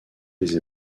les